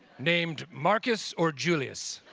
named marcus or julius.